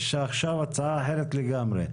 יש עכשיו הצעה אחרת לגמרי.